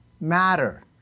matter